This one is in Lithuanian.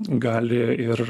gali ir